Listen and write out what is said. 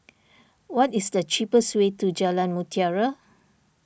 what is the cheapest way to Jalan Mutiara